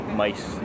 mice